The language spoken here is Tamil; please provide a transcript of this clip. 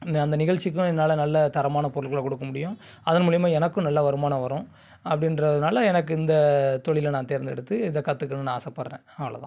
இந்த அந்த நிகழ்ச்சிக்கும் என்னால் நல்ல தரமான பொருள்களை கொடுக்க முடியும் அதன் மூலயமா எனக்கும் நல்ல வருமானம் வரும் அப்படின்றதுனால எனக்கு இந்த தொழில நான் தேர்ந்தெடுத்து இதை கற்றுக்கணுன்னு ஆசைப்பட்றேன் அவ்வளோதான்